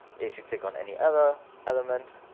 if you click on any other element,